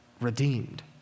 redeemed